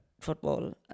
football